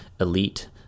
elite